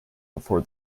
before